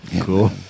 Cool